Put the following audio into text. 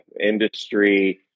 industry